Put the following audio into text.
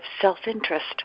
self-interest